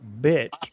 bit